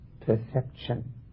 perception